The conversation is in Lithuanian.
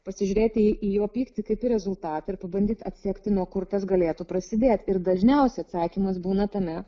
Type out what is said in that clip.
pasižiūrėti į jo pyktį kaip į rezultatą ir pabandyt atsekti nuo kur tas galėtų prasidėti ir dažniausiai atsakymas būna tame